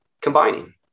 combining